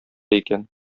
икән